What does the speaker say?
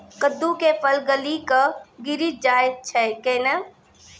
कददु के फल गली कऽ गिरी जाय छै कैने?